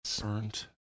burnt